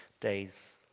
days